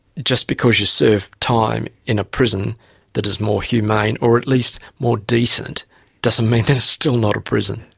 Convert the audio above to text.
just because you serve time in a prison that is more humane or at least more decent doesn't mean it's still not a prison.